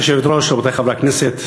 גברתי היושבת-ראש, רבותי חברי הכנסת,